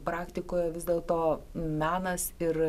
praktikoje vis dėlto menas ir